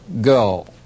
go